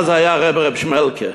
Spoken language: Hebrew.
מה זה היה רעבע ר' שמעלקא?